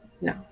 No